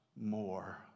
more